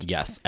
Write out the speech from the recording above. Yes